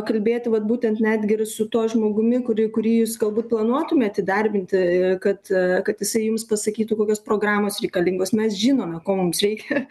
kalbėti vat būtent netgi ir su tuo žmogumi kuri kurį jūs galbūt planuotumėt įdarbinti kad kad jisai jums pasakytų kokios programos reikalingos mes žinome ko mums reikia